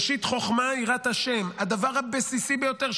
ראשית חוכמה יראת ה' הדבר הבסיסי ביותר,